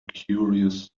curious